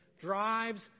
drives